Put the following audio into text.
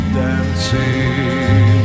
dancing